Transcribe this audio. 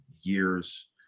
years